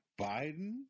Biden